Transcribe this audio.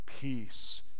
peace